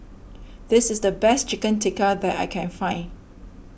this is the best Chicken Tikka that I can find